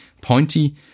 pointy